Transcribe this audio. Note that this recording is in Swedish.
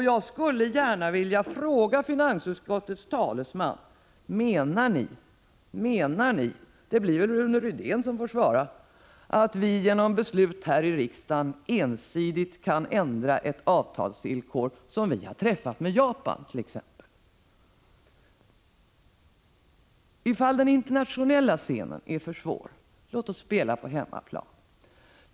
Jag skulle gärna vilja fråga finansutskottets talesman — det blir väl Rune Rydén som får svara: Menar ni att vi genom beslut här i riksdagen ensidigt kan ändra ett avtalsvillkor som vi har träffat med t.ex. Japan? Ifall den internationella scenen är för svår, låt oss spela på hemmaplan.